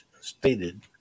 Stated